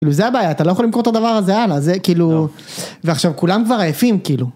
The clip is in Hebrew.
וזה הבעיה אתה לא יכול למכור את הדבר הזה הלאה, זה כאילו, ועכשיו כולם כבר עייפים כאילו.